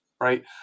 Right